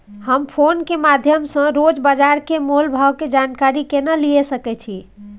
हम फोन के माध्यम सो रोज बाजार के मोल भाव के जानकारी केना लिए सके छी?